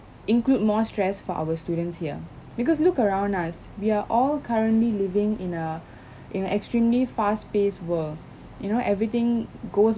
include more stress for our students here because look around us we are all currently living in a in a extremely fast paced world you know everything goes